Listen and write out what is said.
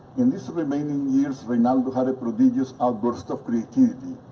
in these remaining years reinaldo had a prodigious outburst of creativity.